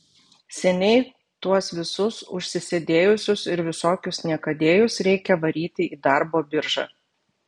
seniai tuos visus užsisėdėjusius ir visokius niekadėjus reikia varyti į darbo biržą